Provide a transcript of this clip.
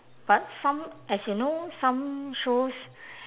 but some as you know some shows